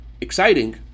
exciting